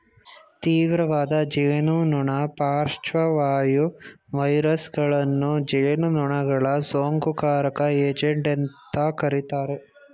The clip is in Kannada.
ತೀವ್ರವಾದ ಜೇನುನೊಣ ಪಾರ್ಶ್ವವಾಯು ವೈರಸಗಳನ್ನು ಜೇನುನೊಣಗಳ ಸೋಂಕುಕಾರಕ ಏಜೆಂಟ್ ಅಂತ ಕರೀತಾರೆ